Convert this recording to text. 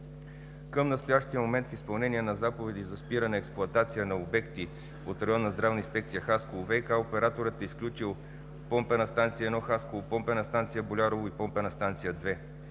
Към настоящия момент в изпълнение на заповеди за спиране на експлоатация на обекти от Районната здравна инспекция – Хасково, ВиК-операторът е изключил помпена станция 1 – Хасково, помпена станция – Болярово, и помпена станция 2.